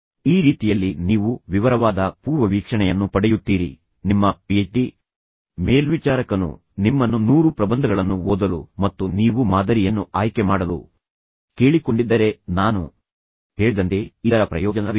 ಈಗ ಈ ರೀತಿಯಲ್ಲಿ ನೀವು ವಿವರವಾದ ಪೂರ್ವವೀಕ್ಷಣೆಯನ್ನು ಪಡೆಯುತ್ತೀರಿ ನಿಮ್ಮ ಪಿಎಚ್ಡಿ ಮೇಲ್ವಿಚಾರಕನು ನಿಮ್ಮನ್ನು 100 ಪ್ರಬಂಧಗಳನ್ನು ಓದಲು ಮತ್ತು ನೀವು ಮಾದರಿಯನ್ನು ಆಯ್ಕೆ ಮಾಡಲು ಕೇಳಿಕೊಂಡಿದ್ದರೆ ನಾನು ಹೇಳಿದಂತೆ ಇದರ ಪ್ರಯೋಜನವೇನು